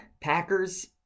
Packers